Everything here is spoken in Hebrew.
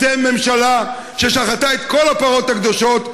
אתם ממשלה ששחטה את כל הפרות הקדושות,